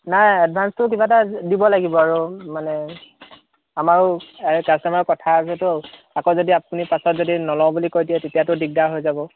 নাই এডভঞ্চটো কিবা এটা দিব লাগিব আৰু মানে আমাৰোঁ কাষ্টমাৰ কথা আছেটো আকৌ যদি আপুনি পাছত যদি নলওঁ বুলি কয় তেতিয়াটো দিগদাৰ হৈ যাব